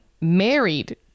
married